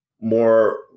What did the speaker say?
more